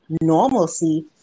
normalcy